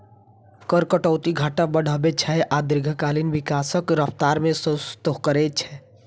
कर कटौती घाटा बढ़ाबै छै आ दीर्घकालीन विकासक रफ्तार कें सुस्त करै छै